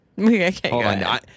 Okay